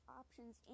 options